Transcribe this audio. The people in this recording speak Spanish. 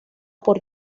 por